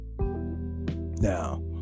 Now